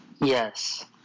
Yes